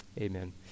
Amen